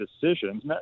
decisions